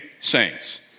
saints